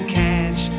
catch